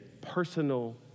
personal